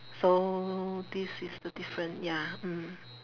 so this is the different ya mm